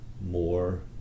more